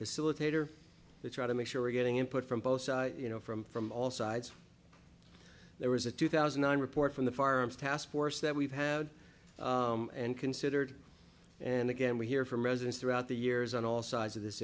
facilitator to try to make sure we're getting input from both you know from from all sides there was a two thousand i'm reporting from the farm's taskforce that we've had and considered and again we hear from residents throughout the years on all sides of this